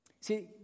See